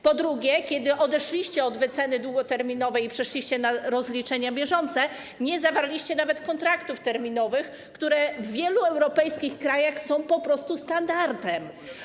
Po drugie, kiedy odeszliście od wyceny długoterminowej i przeszliście na rozliczenia bieżące, nie zawarliście nawet kontraktów terminowych, które w wielu europejskich krajach są po prostu standardem.